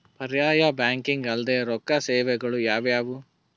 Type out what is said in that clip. ಪರ್ಯಾಯ ಬ್ಯಾಂಕಿಂಗ್ ಅಲ್ದೇ ರೊಕ್ಕ ಸೇವೆಗಳು ಯಾವ್ಯಾವು?